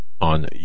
on